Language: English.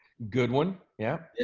good one, yeah.